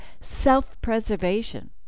self-preservation